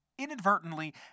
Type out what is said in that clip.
inadvertently